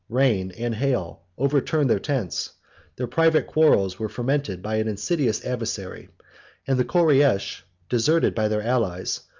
rain, and hail, overturned their tents their private quarrels were fomented by an insidious adversary and the koreish, deserted by their allies,